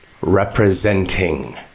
Representing